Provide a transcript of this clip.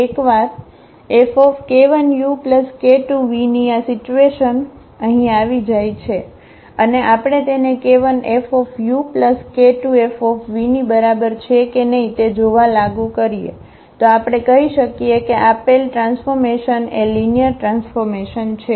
એકવાર Fk1uk2v ની આ સિચ્યુએશનિ અહીં આવી જાય અને આપણે તેને k1Fuk2Fv ની બરાબર છે કે નહિ તે જોવા લાગુ કરીએ તો આપણે કહી શકીએ કે આપેલ ટ્રાન્સફોર્મેશન એ લિનિયર ટ્રાન્સફોર્મેશન છે